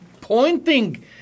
pointing